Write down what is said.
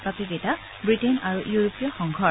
বাকী কেইটা ব্ৰিটেইন আৰু ইউৰোপীয় সংঘৰ